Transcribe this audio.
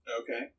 Okay